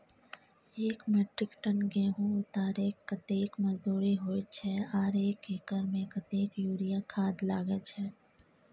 एक metric ton गेहूं उतारेके कतेक मजदूरी होय छै आर एक एकर में कतेक यूरिया खाद लागे छै?